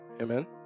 Amen